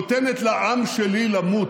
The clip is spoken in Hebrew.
נותנת לעם שלי למות,